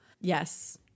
Yes